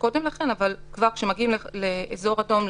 הקריטריון הזה בא לידי ביטוי,